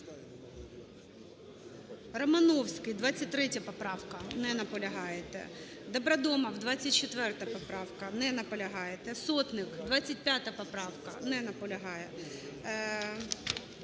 Романовський, 23 поправка. Не наполягаєте. Добродомов, 24 поправка. Не наполягаєте. Сотник, 25 поправка. Не наполягає.